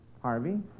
Harvey